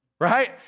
Right